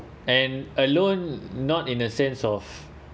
and alone not in a sense of